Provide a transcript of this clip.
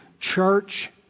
church